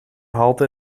halte